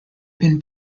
been